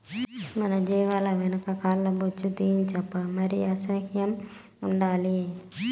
మన జీవాల వెనక కాల్ల బొచ్చు తీయించప్పా మరి అసహ్యం ఉండాలి